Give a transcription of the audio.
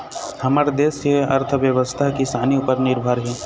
हमर देस के अर्थबेवस्था ह किसानी उपर निरभर हे